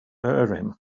urim